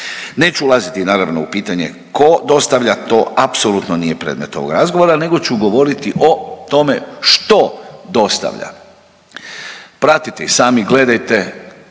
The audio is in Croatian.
Neću ulaziti naravno u pitanje tko dostavlja to, apsolutno nije predmet ovog razgovora nego ću govoriti o tome što dostavlja. Pratite i sami, gledajte,